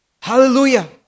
Hallelujah